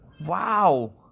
Wow